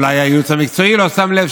ואולי הייעוץ המקצועי לא שם לב,